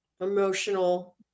emotional